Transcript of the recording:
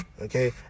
Okay